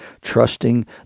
Trusting